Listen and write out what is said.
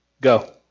Go